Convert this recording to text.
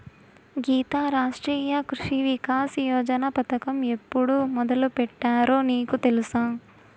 గీతా, రాష్ట్రీయ కృషి వికాస్ యోజన పథకం ఎప్పుడు మొదలుపెట్టారో నీకు తెలుసా